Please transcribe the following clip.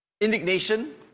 indignation